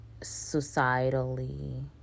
societally